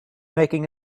making